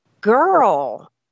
Girl